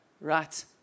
Right